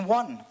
one